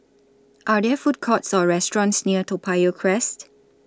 Are There Food Courts Or restaurants near Toa Payoh Crest